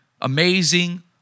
amazing